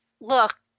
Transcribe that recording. look